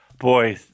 boy